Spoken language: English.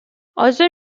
other